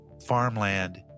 farmland